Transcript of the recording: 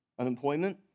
Unemployment